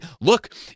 look